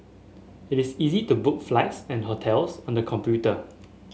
it is easy to book flights and hotels on the computer